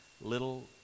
little